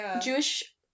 Jewish